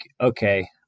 okay